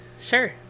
Sure